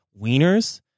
Wieners